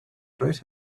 drought